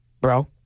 bro